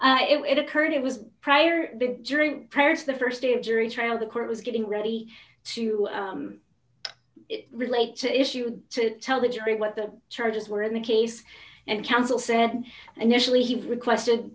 sever it occurred it was prior big drink prayers the st day of jury trial the court was getting ready to relate to issue to tell the jury what the charges were in the case and counsel said initially he requested